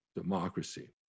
democracy